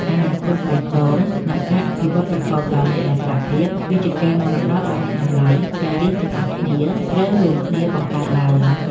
អនាគតបៃតង និងការអភិវឌ្ឍប្រកបដោយនិរន្តរភាពគឺជាកេរមរតកដ៏មានតម្លៃដែលយើងទាំងអស់គ្នាត្រូវរួមគ្នាបង្កើតឡើង។